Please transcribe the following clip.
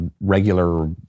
regular